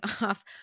off –